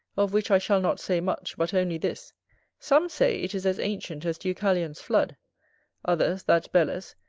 of which i shall not say much, but only this some say it is as ancient as deucalion's flood others, that belus,